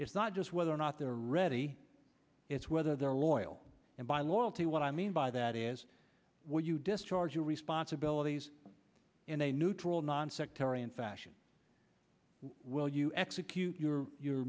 it's not just whether or not they're ready it's whether they're loyal and by loyalty what i mean by that is when you discharge your responsibilities in a neutral nonsectarian fashion will you execute your your